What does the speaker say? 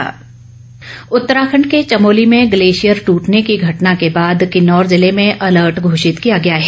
alert Uttarakhand के चमोली में glacier दूटने की घटना के बाद किन्नौर जिले में अलर्ट घोषित किया गया है